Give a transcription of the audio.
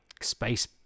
space